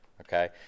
okay